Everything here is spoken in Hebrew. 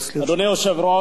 חברי הכנסת,